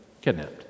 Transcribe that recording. kidnapped